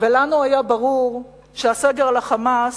לנו היה ברור שהסגר על ה"חמאס"